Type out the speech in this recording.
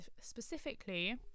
specifically